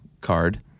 card